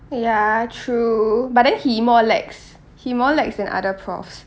ya true but then he more lax he more lax than other profs